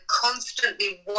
constantly